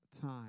time